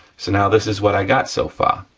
so now this is what i got so far.